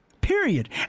Period